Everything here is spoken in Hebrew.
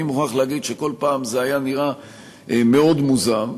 אני מוכרח להגיד שכל פעם זה היה נראה מאוד מוזר.